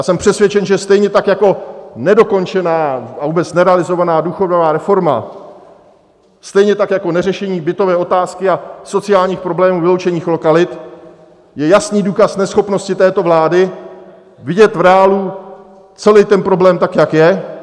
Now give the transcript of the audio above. Jsem přesvědčen, že stejně tak jako nedokončená a vůbec nerealizovaná důchodová reforma, stejně tak jako neřešení bytové otázky a sociálních problémů vyloučených lokalit, je jasný důkaz neschopnosti této vlády vidět v reálu celý problém tak, jak je.